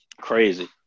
Crazy